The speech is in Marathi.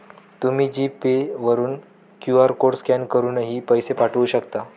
तुम्ही जी पे वरून क्यू.आर कोड स्कॅन करूनही पैसे पाठवू शकता